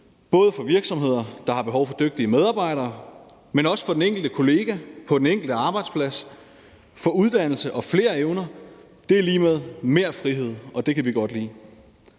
både for virksomheder, der har behov for dygtige medarbejdere, men også for den enkelte kollega på den enkelte arbejdsplads, for uddannelse og flere evner er lig med mere frihed, og det kan vi godt lide.